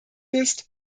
ist